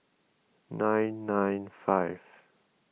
nine nine five